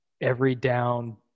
every-down